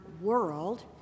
world